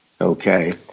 Okay